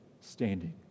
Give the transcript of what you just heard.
standing